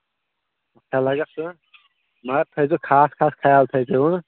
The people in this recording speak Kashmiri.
مَگر تھٲیزیو خاص خاص خیال تھٲیزیو